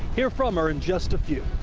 hear from her in just a few.